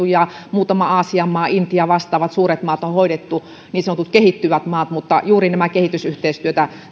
ja muutama aasian maa intia ja vastaavat suuret maat on hoidettu niin sanotut kehittyvät maat mutta juuri näissä kehitysyhteistyötä